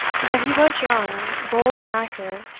but he was young, bold, and active,